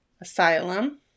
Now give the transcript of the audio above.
Asylum